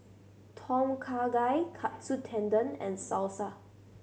Tom Kha Gai Katsu Tendon and Salsa